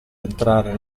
entrare